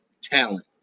talent